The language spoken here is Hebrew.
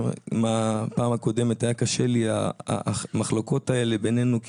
בפעם הקודמת היה קשה לי המחלוקות האלה בינינו,